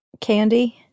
Candy